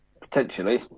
Potentially